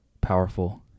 powerful